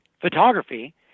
photography